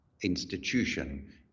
institution